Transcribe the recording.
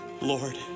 lord